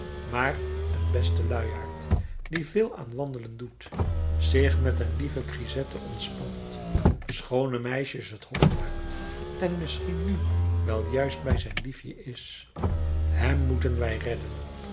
maar een beste luiaard die veel aan wandelen doet zich met een lieve grisette ontspant schoone meisjes het hof maakt en misschien nu wel juist bij zijn liefje is hem moeten wij redden